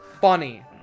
funny